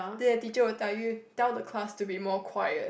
then the teacher will tell you tell the class to be more quiet